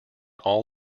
all